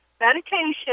medication